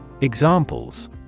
Examples